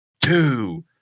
two